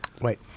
Wait